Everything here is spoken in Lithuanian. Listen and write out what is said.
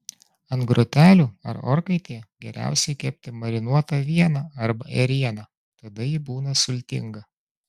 ant grotelių ar orkaitėje geriausiai kepti marinuotą avieną arba ėrieną tada ji būna sultinga